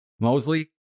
Mosley